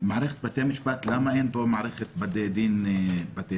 "מערכת בתי המשפט" - למה אין פה בתי דין רבניים,